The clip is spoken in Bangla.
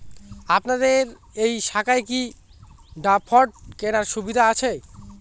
আপনাদের এই শাখায় কি ড্রাফট কেনার সুবিধা আছে?